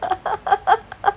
huh)